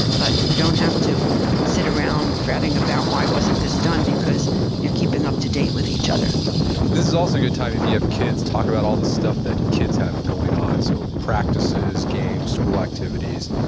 but you don't have to sit around fretting about why wasn't this done, because you're keeping up-to-date with each other this is also a good time, if you have kids, talk about all the stuff that kids have going on. so practices, games, school activities,